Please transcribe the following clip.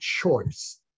choice